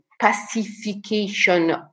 Pacification